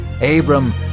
Abram